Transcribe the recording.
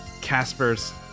Casper's